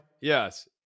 Yes